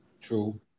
True